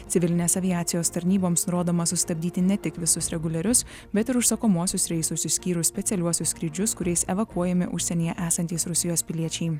civilinės aviacijos tarnyboms nurodoma sustabdyti ne tik visus reguliarius bet ir užsakomuosius reisus išskyrus specialiuosius skrydžius kuriais evakuojami užsienyje esantys rusijos piliečiai